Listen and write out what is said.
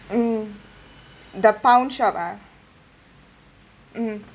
mm the pawn shop ah mm